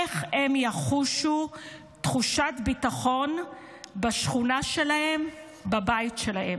איך הם יחושו תחושת ביטחון בשכונה שלהם ובבית שלהם?